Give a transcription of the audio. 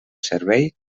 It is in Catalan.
servei